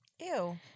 Ew